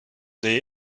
des